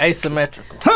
Asymmetrical